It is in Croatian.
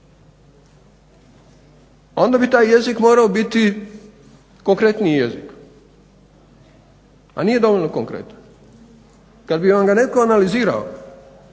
onda bi taj jezik morao biti konkretniji jezik, a nije dovoljno konkretan. Kada bi vam ga netko analizirao